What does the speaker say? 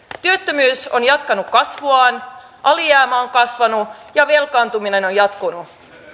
työttömyys on jatkanut kasvuaan alijäämä on kasvanut ja velkaantuminen on jatkunut